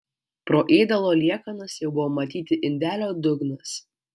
pro ėdalo liekanas jau buvo matyti indelio dugnas